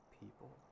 people